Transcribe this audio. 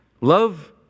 Love